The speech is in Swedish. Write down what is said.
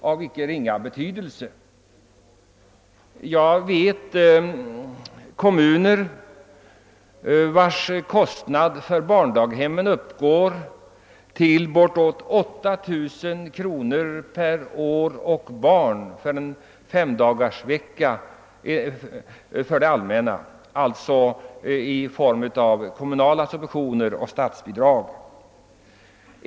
Jag känner till kommuner, där kostnaderna för det allmänna i form av kommunala subventioner och statsbidrag till barndaghemmen uppgår till boråt 8000 kr. per år och barn vid femdagarsvecka.